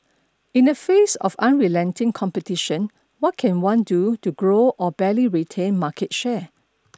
in the face of unrelenting competition what can one do to grow or barely retain market share